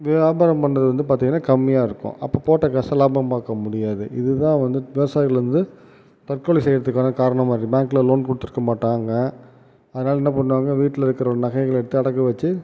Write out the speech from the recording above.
வியாபாரம் பண்ணுறது வந்து பார்த்திங்கனா கம்மியாக இருக்கும் அப்போ போட்ட காச லாபம் பார்க்க முடியாது இது தான் வந்து விவசாயிகள் வந்து தற்கொலை செய்கிறதுக்கான காரணமாக இருக்குது பேங்கில் லோன் கொடுத்துருக்க மாட்டாங்க அதனால் என்ன பண்ணுவாங்க வீட்டில் இருக்கிற நகைங்களை எடுத்து அடகு வச்சு